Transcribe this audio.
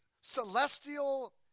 celestial